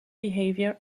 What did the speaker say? behavior